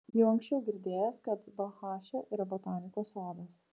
jau anksčiau girdėjęs kad balchaše yra botanikos sodas